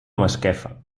masquefa